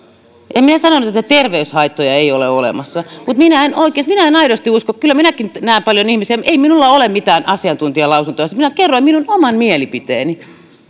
en minä sanonut että terveyshaittoja ei ole olemassa mutta minä en aidosti usko kyllä minäkin nyt näen paljon ihmisiä ei minulla ole mitään asiantuntijalausuntoja minä kerroin minun oman mielipiteeni